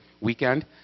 weekend